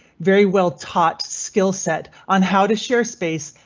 very well taught skill set on how to share space,